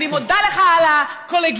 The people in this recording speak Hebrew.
אני מודה לך על הקולגיאליות.